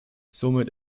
somit